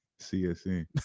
CSN